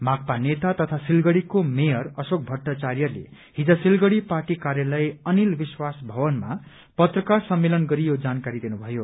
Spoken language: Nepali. माकपा नेता तथा सिलगढ़ीको मेयर अशोक भट्टाचार्यले हिज सिलगढ़ी पार्टी कार्यालय अनिल विश्वास भवनमा पत्रकार सम्मेलन गरी यो जानकारी दिनु भयो